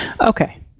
Okay